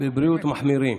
חברות וחברים,